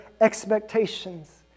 expectations